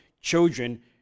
children